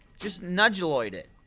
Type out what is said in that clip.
just nudgeloid it